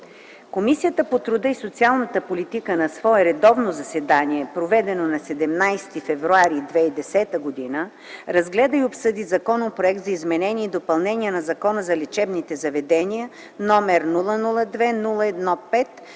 Комисията по труда и социалната политика на свое редовно заседание, проведено на 17 февруари 2010 г., разгледа и обсъди Законопроект за изменение и допълнение на Закона за лечебните заведения, № 002-01-5,